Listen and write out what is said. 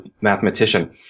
mathematician